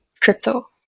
crypto